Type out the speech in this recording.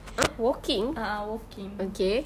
!huh! walking okay